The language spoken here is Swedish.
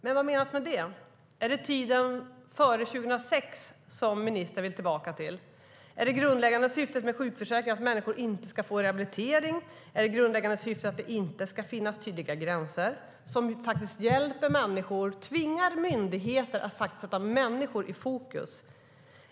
Men vad menas med det? Är det tiden före 2006 som ministern vill tillbaka till? Är det grundläggande syftet med sjukförsäkringen att människor inte ska få rehabilitering? Är det grundläggande syftet att det inte ska finnas tydliga gränser som faktiskt hjälper människor och som tvingar myndigheter att sätta människor i fokus?